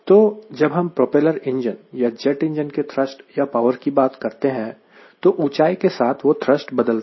तो जब हम प्रोपेलर इंजन या जेट इंजन के थ्रस्ट या पावर की बात करते हैं तो ऊंचाई के साथ वो थ्रस्ट बदलता है